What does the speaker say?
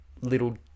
little